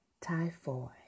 typhoid